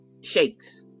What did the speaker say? shakes